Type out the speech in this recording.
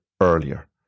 earlier